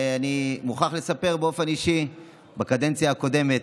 ואני מוכרח לספר באופן אישי שבקדנציה הקודמת,